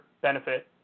benefit